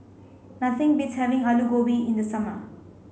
nothing beats having Alu Gobi in the summer